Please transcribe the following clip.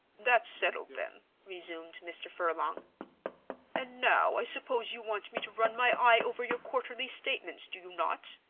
that's settled then, resumed mr. furlong and now i suppose you want me to run my eye over your quarterly statements, do you not,